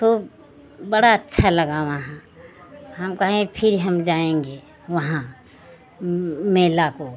खूब बड़ा अच्छा लगा वहाँ हम कहे फिर हम जाएँगे वहाँ मेला को